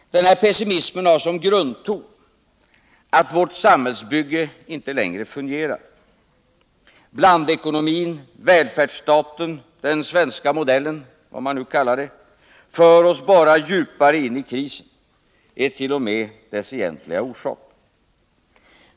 Denna pessimism har som grundton att vårt samhällsbygge inte längre fungerar. Blandekonomin, välfärdsstaten, den svenska modellen — vad man nu kallar det — för oss bara djupare in i krisen, är t.o.m. dess egentliga orsaker.